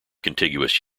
contiguous